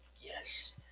Yes